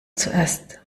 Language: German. zuerst